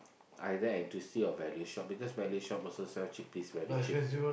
either N_T_U_C or value shop because value shop also sell chickpeas very cheap